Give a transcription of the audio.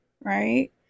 right